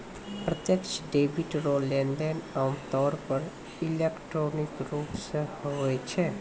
प्रत्यक्ष डेबिट रो लेनदेन आमतौर पर इलेक्ट्रॉनिक रूप से हुवै छै